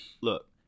Look